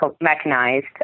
mechanized